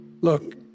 Look